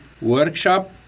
workshop